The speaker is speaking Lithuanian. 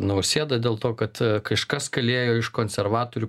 nausėda dėl to kad kažkas galėjo iš konservatorių